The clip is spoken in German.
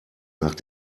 nach